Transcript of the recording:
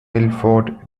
milford